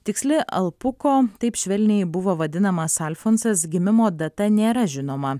tiksli alpuko taip švelniai buvo vadinamas alfonsas gimimo data nėra žinoma